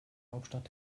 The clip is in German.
hauptstadt